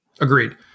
Agreed